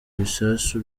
ibisasu